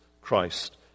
Christ